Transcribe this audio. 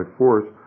force